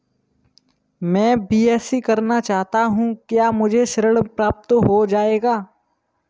मैं बीएससी करना चाहता हूँ क्या मुझे ऋण प्राप्त हो जाएगा?